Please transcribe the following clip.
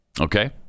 Okay